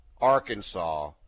Arkansas